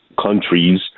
countries